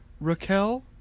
Raquel